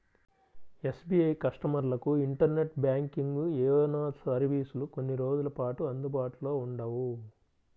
SBI కస్టమర్లకు internet banking, YONO సర్వీసులు కొన్ని రోజుల పాటు అందుబాటులో ఉండవు